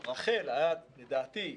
לדעתי,